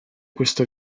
questo